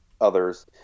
others